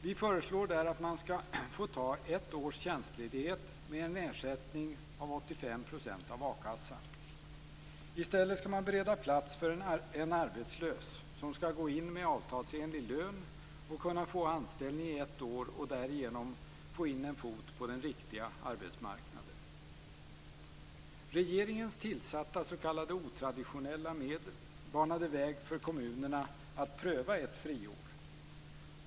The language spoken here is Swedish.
Vi föreslår där att man skall få ta ett års tjänstledigt med en ersättning på 85 % av akassan. I stället skall man bereda plats för en arbetslös, som skall gå in med avtalsenlig lön och kunna få anställning i ett år och därigenom få in en fot på den riktiga arbetsmarknaden. Regeringens tillsatta s.k. otraditionella medel banade väg för kommunerna att pröva ett friår.